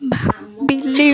ଭାବିଲି